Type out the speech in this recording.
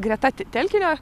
greta telkinio